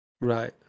Right